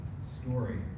story